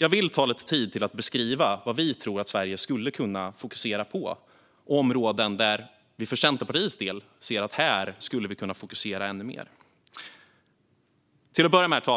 Jag vill ta lite tid till att beskriva vad vi tror att Sverige skulle kunna fokusera på - områden där vi för Centerpartiets del tycker att vi kunde fokusera ännu mer. Till att börja med